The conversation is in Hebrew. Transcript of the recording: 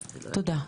תודה.